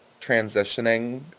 transitioning